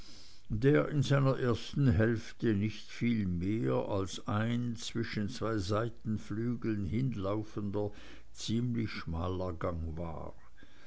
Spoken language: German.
der in seiner ersten hälfte nicht viel mehr als ein zwischen zwei seitenflügeln hinlaufender ziemlich schmaler gang war